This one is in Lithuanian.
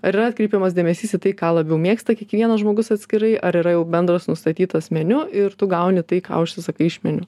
ar yra atkreipiamas dėmesys į tai ką labiau mėgsta kiekvienas žmogus atskirai ar yra jau bendras nustatytas meniu ir tu gauni tai ką užsisakai iš meniu